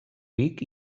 vic